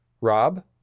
Rob